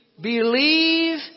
believe